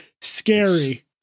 scary